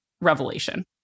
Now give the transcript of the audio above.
revelation